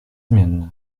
zmienne